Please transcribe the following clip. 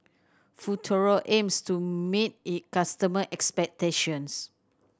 Futuro aims to meet its customer expectations